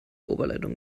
oberleitung